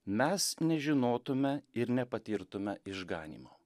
mes nežinotume ir nepatirtume išganymo